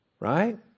Right